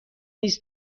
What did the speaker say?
نیز